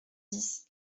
dix